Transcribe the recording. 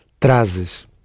Trazes